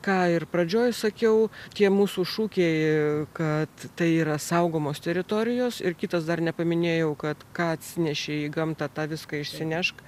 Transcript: ką ir pradžioj sakiau tie mūsų šūkiai kad tai yra saugomos teritorijos ir kitas dar nepaminėjau kad ką atsinešei į gamtą tą viską išsinešk